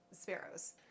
sparrows